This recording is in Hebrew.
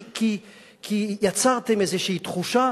כי יצרתם איזושהי תחושה,